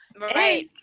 Right